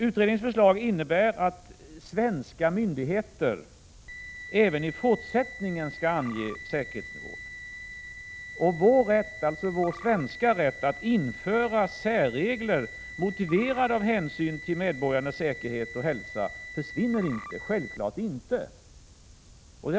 Utredningens förslag innebär att svenska myndigheter även i fortsättningen skall ange säkerhetsnivån. Vår svenska rätt att införa särregler, motiverade av hänsyn till medborgarnas säkerhet och hälsa, försvinner självfallet inte.